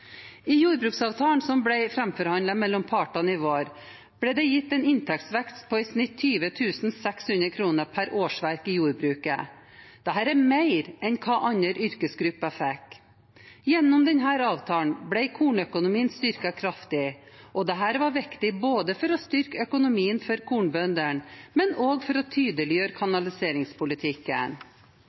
I jordbruksavtalen som ble framforhandlet mellom partene i vår, ble det gitt en inntektsvekst på i snitt 20 600 kr per årsverk i jordbruket. Dette er mer enn hva andre yrkesgrupper fikk. Gjennom denne avtalen ble kornøkonomien styrket kraftig, og dette var viktig for å styrke økonomien for kornbøndene, men også for å tydeliggjøre kanaliseringspolitikken.